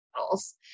models